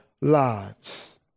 lives